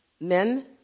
men